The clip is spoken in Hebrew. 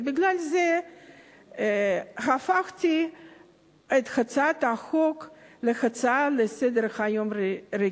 ובגלל זה הפכתי את הצעת החוק להצעה רגילה לסדר-היום.